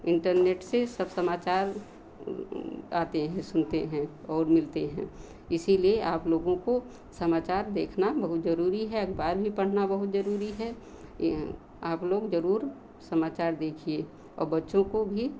internet से सब समाचार आते हैं सुनते हैं और मिलते हैं इसीलिए आप लोगों को समाचार देखना बहुत ज़रूरी है अखबार भी पढ़ना बहुत ज़रूरी है आप लोग ज़रूर समाचार देखिए और बच्चों को भी